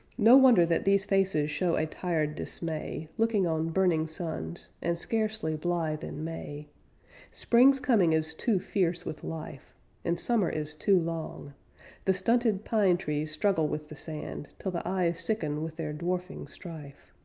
no wonder that these faces show a tired dismay, looking on burning suns, and scarcely blithe in may spring's coming is too fierce with life and summer is too long the stunted pine trees struggle with the sand till the eyes sicken with their dwarfing strife.